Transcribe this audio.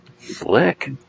Slick